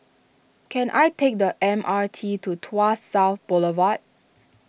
can I take the M R T to Tuas South Boulevard